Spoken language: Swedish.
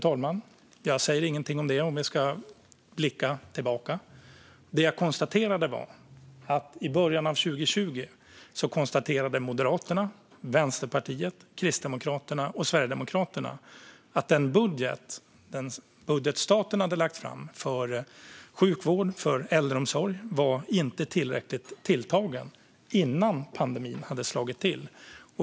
Jag säger ingenting om det, om vi ska blicka tillbaka. Det jag konstaterade var att i början av 2020 konstaterade Moderaterna, Vänsterpartiet, Kristdemokraterna och Sverigedemokraterna att den budget som regeringen lagt fram för sjukvård och äldreomsorg inte var tillräckligt väl tilltagen. Det var innan pandemin hade slagit till.